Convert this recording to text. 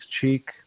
cheek